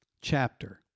chapter